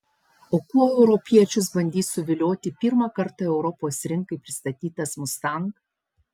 o kuo europiečius bandys suvilioti pirmą kartą europos rinkai pristatytas mustang